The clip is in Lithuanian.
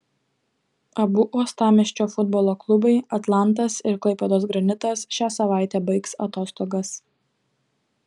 abu uostamiesčio futbolo klubai atlantas ir klaipėdos granitas šią savaitę baigs atostogas